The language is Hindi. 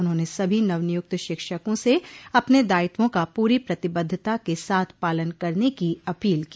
उन्होंने सभी नवनियुक्त शिक्षकों से अपने दायित्वों का पूरी प्रतिबद्धता के साथ पालन करने की अपील की